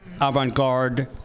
avant-garde